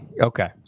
Okay